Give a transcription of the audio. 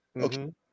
Okay